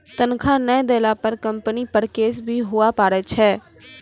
तनख्वाह नय देला पर कम्पनी पर केस भी हुआ पारै छै